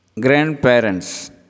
Grandparents